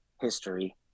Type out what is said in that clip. history